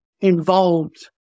involved